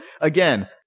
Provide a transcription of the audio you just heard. again